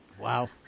Wow